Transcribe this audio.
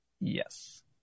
Yes